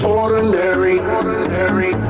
ordinary